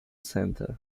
center